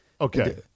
okay